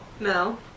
No